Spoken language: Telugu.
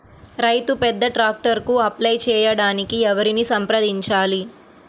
రైతు పెద్ద ట్రాక్టర్కు అప్లై చేయడానికి ఎవరిని సంప్రదించాలి?